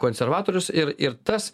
konservatorius ir ir tas